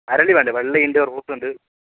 അരളി വേണ്ടേ വെള്ളയുണ്ട് റോസുണ്ട്